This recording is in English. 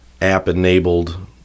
app-enabled